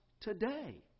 today